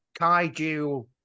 kaiju